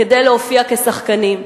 כדי להופיע כשחקנים.